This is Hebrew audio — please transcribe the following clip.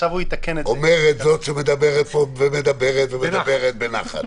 אומרת זאת שמדברת פה ומדברת ומדברת בנחת.